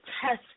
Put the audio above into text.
test